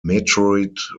metroid